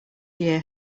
year